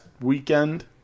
weekend